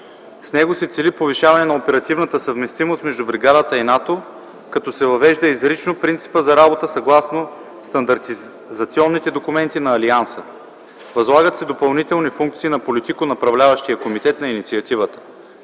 С него се цели повишаване на оперативната съвместимост между бригадата и НАТО, като се въвежда изрично принципът за работа съгласно стандартизационните документи на Алианса. Възлагат се допълнителни функции на политико-направляващия Комитет на инициативата.